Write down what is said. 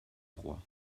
trois